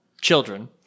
children